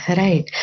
right